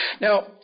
Now